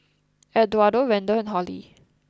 Eduardo Randell and Hollie